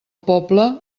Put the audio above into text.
poble